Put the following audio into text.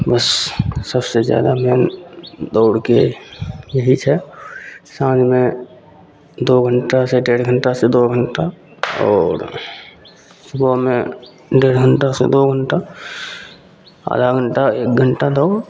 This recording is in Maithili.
बस सबसे जादा मोन दौड़के यही छै साँझमे दुइ घण्टासे डेढ़ घण्टासे दुइ घण्टा आओर सुबहमे डेढ़ घण्टासे दुइ घण्टा आधा घण्टा एक घण्टा दौड़